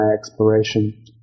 exploration